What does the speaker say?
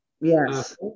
Yes